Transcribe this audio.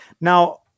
Now